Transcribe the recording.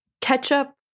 ketchup